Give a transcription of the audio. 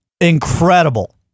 incredible